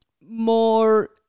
more